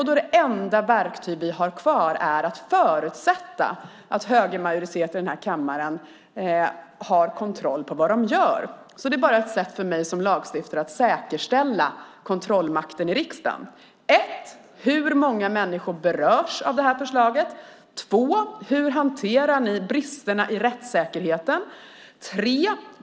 Då är det enda verktyg vi har kvar att förutsätta att högermajoriteten i den här kammaren har kontroll på vad de gör, och det är bara ett sätt för mig som lagstiftare att säkerställa kontrollmakten i riksdagen. 1. Hur många människor berörs av det här förslaget? 2. Hur hanterar ni bristerna i rättssäkerheten? 3.